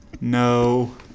No